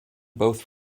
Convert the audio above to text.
both